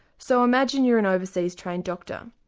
so imagine you're an overseas trained doctor,